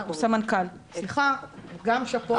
גם שאפו.